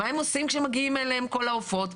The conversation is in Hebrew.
מה הם עושים כשמגיעים אליהם כל העופות,